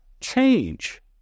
change